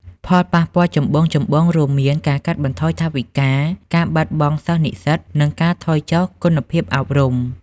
ផលប៉ះពាល់ចម្បងៗរួមមាន ការកាត់បន្ថយថវិកា ការបាត់បង់សិស្សនិស្សិត និងការថយចុះគុណភាពអប់រំ។